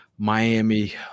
Miami